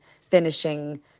finishing